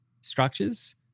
structures